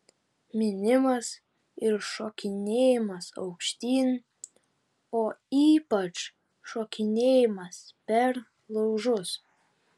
minimas ir šokinėjimas aukštyn o ypač šokinėjimas per laužus